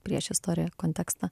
priešistorę kontekstą